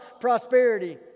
prosperity